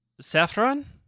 Saffron